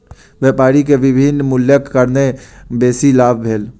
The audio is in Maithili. व्यापारी के विभिन्न मूल्यक कारणेँ बेसी लाभ भेल